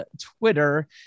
Twitter